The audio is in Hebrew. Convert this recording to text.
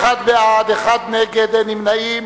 בעד, 41, נגד, 1, ואין נמנעים.